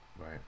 Right